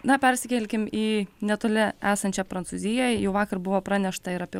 na persikelkim į netoli esančią prancūziją jau vakar buvo pranešta ir apie